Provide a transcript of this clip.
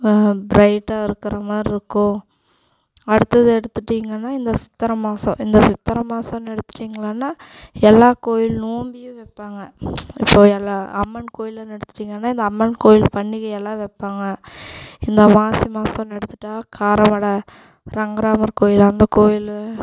ப்ரைட்டாருக்கிற மாதிரி இருக்கும் அடுத்தது எடுத்துகிட்டிங்கன்னா இந்த சித்திர மாதம் இந்த சித்திர மாதன் எடுத்துகிட்டிங்களான்னா எல்லா கோயிலும் நோம்பியும் வைப்பாங்க இப்போ எல்லா அம்மன் கோயிலுன்னு எடுத்துகிட்டிங்கன்னா இந்த அம்மன் கோயில் பண்டிகை எல்லாம் வைப்பாங்க இந்த மாசி மாசன் எடுத்துகிட்டா காரமடை ரங்கராமர் கோயில் அந்த கோயில்